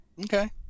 okay